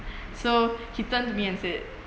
so he turned to me and said